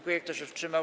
Kto się wstrzymał?